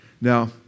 Now